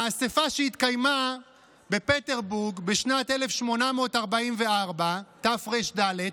באספה שהתקיימה בפטרבורג בשנת 1844, תר"ד,